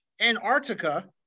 Antarctica